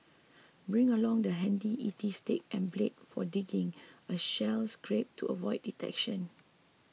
bring along the handy E T stick and blade for digging a shell scrape to avoid detection